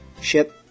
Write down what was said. ship